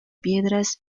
piedras